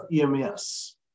EMS